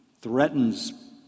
threatens